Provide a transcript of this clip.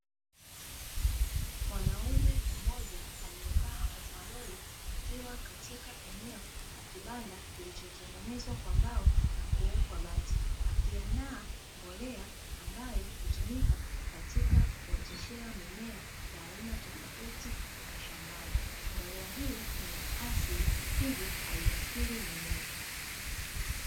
Mwanaume mmoja aliye ovaroli akiwa katika eneo la kibanda kilichotengenezwa kwa mbao na kuwekwa bati akiandaa mbolea ambayo hutumika katika kuoteshea mimiea ya aina tofauti mashambani. Mbolea hii ni ya asili hivyo haiasili mimea.